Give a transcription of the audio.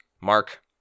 Mark